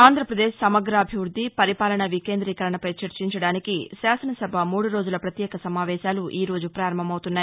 ఆంధ్ర ప్రదేశ్ సమగ్రాభివృద్ది పరిపాలన వికేంద్రీకరణపై చర్చించడానికి శాసనసభ ను మూడు రోజుల వత్యేక సమావేశాలు ఈరోజు పారంభమవుతున్నాయి